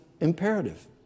imperative